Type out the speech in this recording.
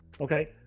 okay